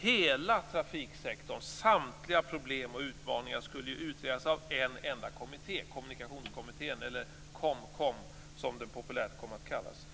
Hela trafiksektorns samtliga problem och utmaningar skulle utredas av en enda kommitté, Kommunikationskommittén eller KOMKOM, som den populärt kom att kallas.